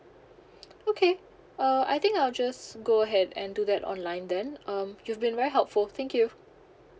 okay uh I think I'll just go ahead and do that online then um you've been very helpful thank you